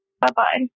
Bye-bye